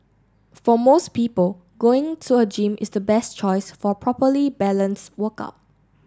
for most people going to a gym is the best choice for properly balanced workout